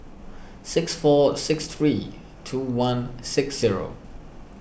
six four six three two one six zero